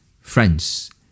Friends